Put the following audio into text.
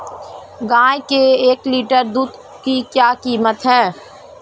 गाय के एक लीटर दूध की क्या कीमत है?